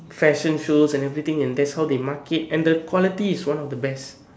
fashion shows and everything and that's how they market and the quality is one of the best